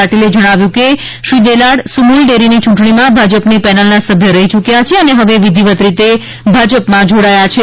પાટીલે જણાવ્યું હતું કે શ્રી દેલાડ સુમુલ ડેરીની યૂંટણીમાં ભાજપની પેનલના સભ્ય રહી યુક્યા છે અને હવે વિધિવત રીતે ભાજપમાં જોડાયા છે